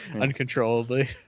uncontrollably